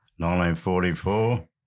1944